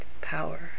power